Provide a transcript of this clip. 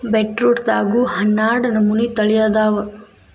ಬೇಟ್ರೂಟದಾಗು ಹನ್ನಾಡ ನಮನಿ ತಳಿ ಅದಾವ